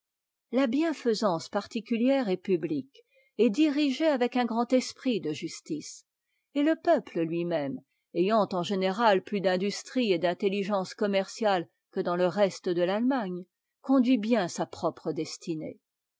la bienfaisance particulière et publique est dirigée avec un grand esprit de justice et le peuple lui-même ayant en général plus d'industrie et d'intelligence commerciale que dans le reste de l'allemagne conduit bien sa propre destinée